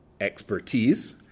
Expertise